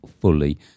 fully